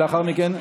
ולאחר מכן,